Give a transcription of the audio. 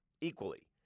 equally